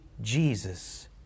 Jesus